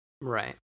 Right